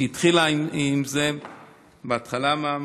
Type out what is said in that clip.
שהתחילה עם זה בהתחלה מהמחלקה,